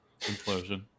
Implosion